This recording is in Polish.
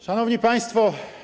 Szanowni Państwo!